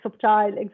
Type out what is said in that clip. subtle